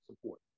support